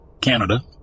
Canada